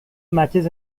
matches